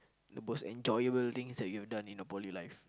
the most enjoyable things that you have done in your poly life